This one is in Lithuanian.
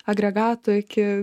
agregatų iki